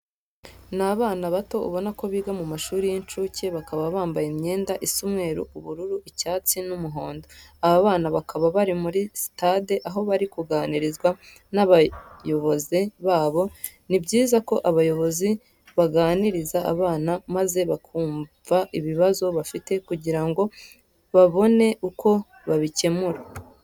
Ni abana bato ubona ko biga mu mashuri y'incuke, bakaba bambaye imyenda isa umweru, ubururu, icyatsi n'umuhondo. Aba bana bakaba bari muri sitade aho bari kuganirizwa n'abayoboze babo. Ni byiza ko abayobozi baganiriza abana maze bakumva ibibazo bafite kugira ngo babone uko babikemura.